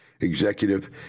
executive